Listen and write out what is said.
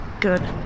Good